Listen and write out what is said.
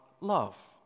love